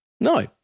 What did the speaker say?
No